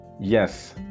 Yes